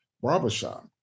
barbershop